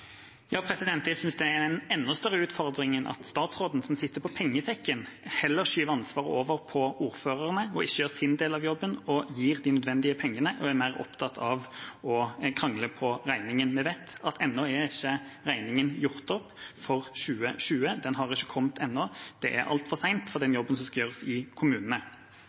Jeg synes det er en enda større utfordring at statsråden, som sitter på pengesekken, skyver ansvaret over på ordførerne – ikke gjør sin del av jobben og gir de nødvendige pengene – og er mer opptatt av å krangle på regningen. Vi vet at ennå er ikke regningen gjort opp for 2020. Den har ikke kommet ennå. Det er altfor sent for den jobben som skal gjøres i kommunene.